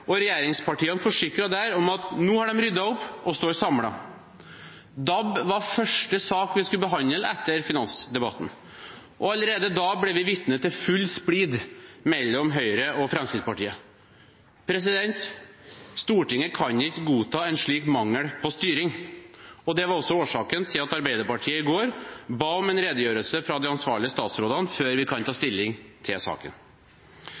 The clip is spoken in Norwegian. og regjeringspartiene forsikret da om at nå har de ryddet opp og står samlet. DAB var første sak vi skulle behandle etter finansdebatten, og allerede da ble vi vitne til full splid mellom Høyre og Fremskrittspartiet. Stortinget kan ikke godta en slik mangel på styring. Det var også årsaken til at Arbeiderpartiet i går ba om en redegjørelsen fra de ansvarlige statsrådene før vi kan ta stilling til saken.